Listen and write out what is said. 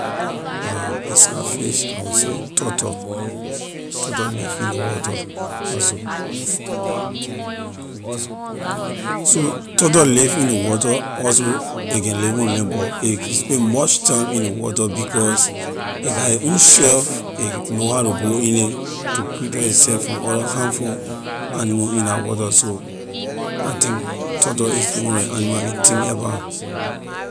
beside fish I will say turtle, turtle living in ley water that's all. so turtle lving in ley water also a can live on land but a can spend much time in ley water because a got a own shell a know how to go in it to pretect a seh from other harmful animal in la water so I think turtle is one lor ley animal I can think about.